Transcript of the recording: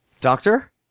doctor